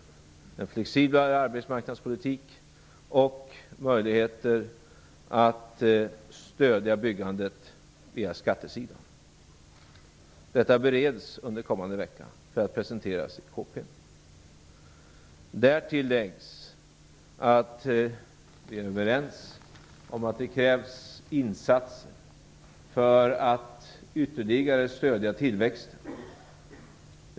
Det rör sig om en flexiblare arbetsmarknadspolitik och om möjligheter att stödja byggandet via skattesidan. Detta bereds under kommande vecka för att presenteras i kompletteringspropositionen. Därtill läggs att vi är överens om att det krävs insatser för att ytterligare stödja tillväxten.